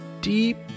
Deep